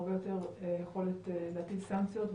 הרבה יותר יכולת להטיל סנקציות,